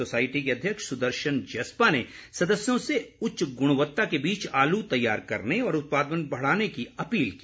society के अध्यक्ष सुदर्शन जस्पा ने सदस्यों से उच्च गुणवत्ता के बीच आलू तैयार करने और उत्पादन बढ़ाने की अपील की